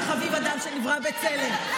כחביב אדם שנברא בצלם,